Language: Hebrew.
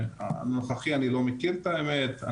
הנוכחי אני לא מכיר את האמת.